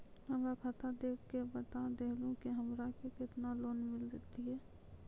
हमरा खाता देख के बता देहु के हमरा के केतना लोन मिलथिन?